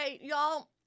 y'all